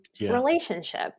relationship